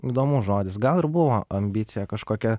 įdomus žodis gal ir buvo ambicija kažkokia